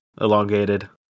elongated